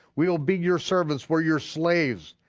we'll be your servants, we're your slaves.